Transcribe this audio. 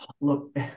Look